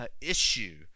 issue